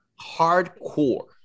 Hardcore